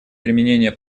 применения